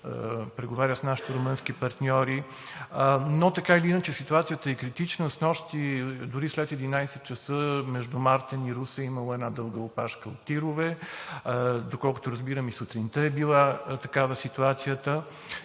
преговаря с нашите румънски партньори, но така или иначе ситуацията е критична. Снощи дори след единадесет часа между Мартен и Русе е имало една дълга опашка от тирове, а доколкото разбирам и сутринта е била такава ситуацията.